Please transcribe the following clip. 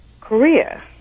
Korea